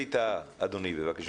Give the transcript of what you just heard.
ווליד טאהא, בבקשה.